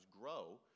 grow